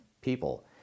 people